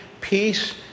peace